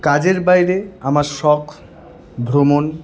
কাজের বাইরে আমার শখ ভ্রমণ